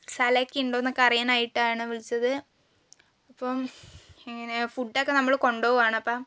സ്ഥലമൊക്കെ ഉണ്ടോയെന്നൊക്കെ അറിയാനായിട്ടാണ് വിളിച്ചത് അപ്പം എങ്ങനെയാണ് ഫുഡ്ഡൊക്കെ നമ്മൾ കൊണ്ടുപോവുകയാണ് അപ്പം